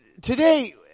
today